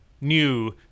new